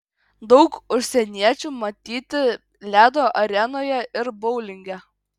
daug užsieniečių matyti ledo arenoje ir boulinge